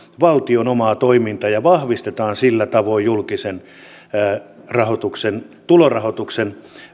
valtion omaa toimintaa ja vahvistetaan sillä tavoin julkisen tulorahoituksen